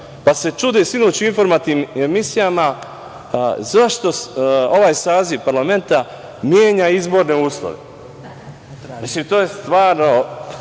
pa se čude sinoć u informativnim emisijama zašto ovaj saziv parlamenta menja izborne uslove.